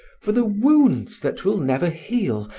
for the wounds that will never heal,